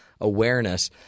awareness